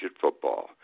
football